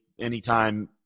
anytime